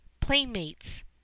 Playmates